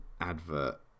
advert